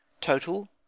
total